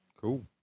cool